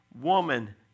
woman